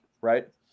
right